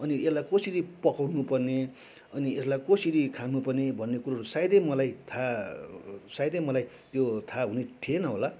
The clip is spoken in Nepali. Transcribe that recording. अनि यसलाई कसरी पकाउनुपर्ने अनि यसलाई कसरी खानुपर्ने भन्ने कुरोहरू सायदै मलाई थाहा सायदै मलाई यो थाहा हुने थिएन होला